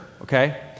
okay